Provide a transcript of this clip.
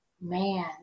man